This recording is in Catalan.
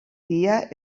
dia